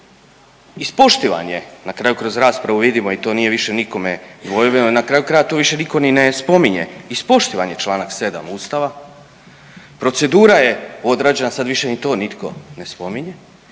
ispoštivan je na kraju kroz raspravu vidimo i to nije više nikome dvojbeni i na kraju krajeva to više nitko ni ne spominje, ispoštivan je Članak 7. Ustava, procedura je odrađena, sad više ni to nitko ne spominje,